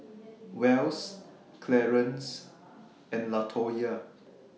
Wells Clarance and Latoyia